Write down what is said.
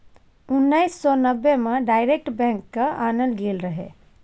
उन्नैस सय नब्बे मे डायरेक्ट बैंक केँ आनल गेल रहय